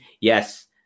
yes